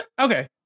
Okay